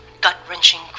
gut-wrenching